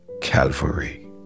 Calvary